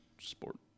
sport